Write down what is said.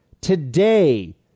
Today